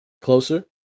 closer